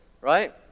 right